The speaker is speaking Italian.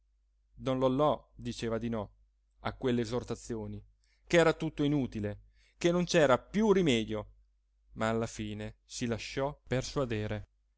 don lollò diceva di no a quelle esortazioni ch'era tutto inutile che non c'era più rimedio ma alla fine si lasciò persuadere